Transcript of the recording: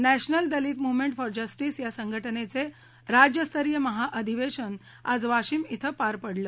national Dalit movement for justice या संघटनेचे राज्यस्तरीय महाअधिवेशन आज वाशिम येथे पार पडलं